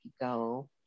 go